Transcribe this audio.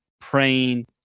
praying